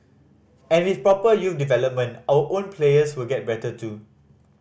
and with proper youth development our own players will get better too